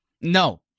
No